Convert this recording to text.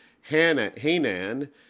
Hanan